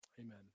amen